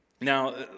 Now